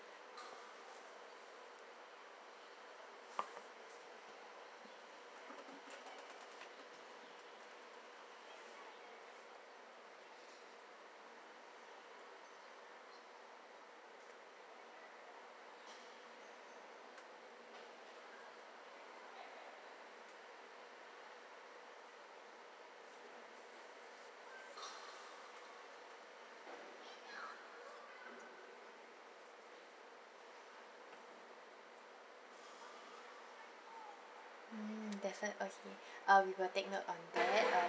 mm that's side okay uh we will take note of that um